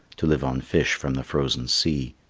to live on fish from the frozen sea.